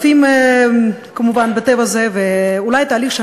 טיבי, ואחריו, חברת הכנסת חנין זועבי.